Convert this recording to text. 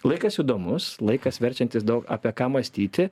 laikas įdomus laikas verčiantis daug apie ką mąstyti